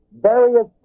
various